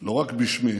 לא רק בשמי